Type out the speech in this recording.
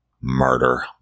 Murder